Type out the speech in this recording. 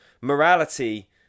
morality